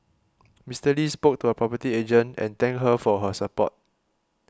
Mister Lee spoke to a property agent and thank her for her support